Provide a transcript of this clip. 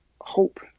hope